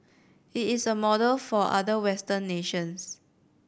it is a model for other Western nations